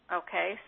okay